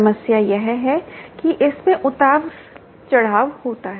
समस्या यह है कि इसमें उतार चढ़ाव होता है